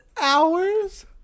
hours